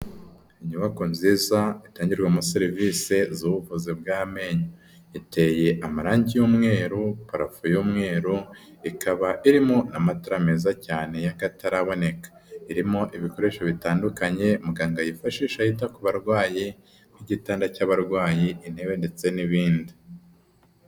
Inyubako nziza itangirwamo serivisi z'ubuvuzi bw'amenyo, iteye amarangi y'umweru, parafo y'umweru, ikaba irimo amatara meza cyane y'akataraboneka, irimo ibikoresho bitandukanye muganga yifashisha yita ku barwayi nk'igitanda cy'abarwayi, intebe ndetse n'ibindi.